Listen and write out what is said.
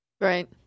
right